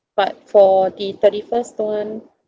but for the thirty first [one]